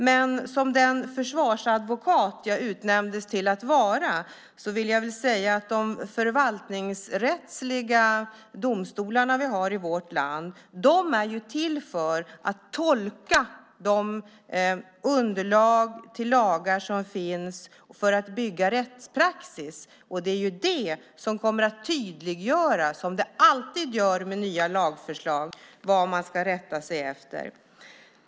Men som den försvarsadvokat jag utnämndes till att vara vill jag säga att de förvaltningsrättsliga domstolar vi har i vårt land ju är till för att tolka de underlag till lagar som finns för att bygga rättspraxis, och det är det som kommer att tydliggöra, som alltid med nya lagförslag, vad man ska rätta sig efter.